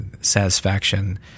satisfaction